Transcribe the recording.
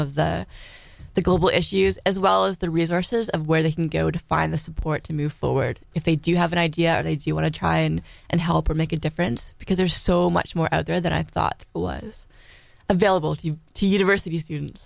of the the global issues as well as the resources of where they can go to find the support to move forward if they do have an idea they do you want to try and and help make a difference because there's so much more out there that i thought was available to t diversity students